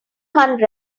hunt